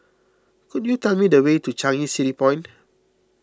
could you tell me the way to Changi City Point